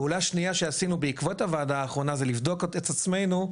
פעולה שנייה שעשינו בעקבות הוועדה האחרונה זה לבדוק את עצמינו,